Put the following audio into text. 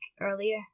earlier